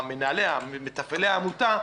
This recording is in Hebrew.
מתפעלי אותה עמותה,